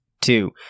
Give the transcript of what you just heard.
two